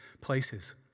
places